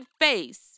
face